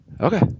Okay